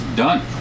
done